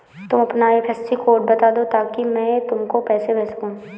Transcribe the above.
तुम अपना IFSC code बता दो ताकि मैं तुमको पैसे भेज सकूँ